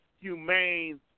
humane